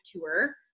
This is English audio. tour